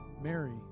Mary